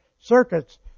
circuits